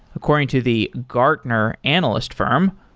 according to the gartner analyst firm,